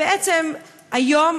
בעצם היום,